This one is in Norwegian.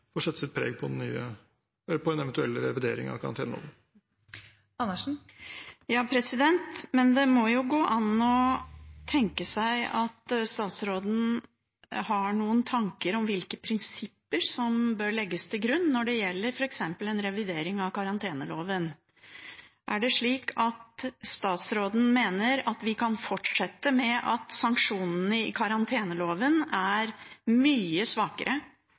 får sette sitt preg på en eventuell revidering av karanteneloven. Men statsråden har vel noen tanker om hvilke prinsipper som bør legges til grunn når det gjelder f.eks. en revidering av karanteneloven. Er det slik at statsråden mener at vi kan fortsette med at sanksjonene i karanteneloven er mye svakere